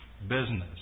business